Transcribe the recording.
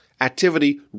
activity